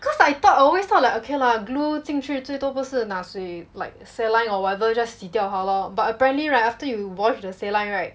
cause I thought always thought like okay lah glue 进去最都不是拿水 like saline or whatever just 洗掉它 lor but apparently right after you wash the saline right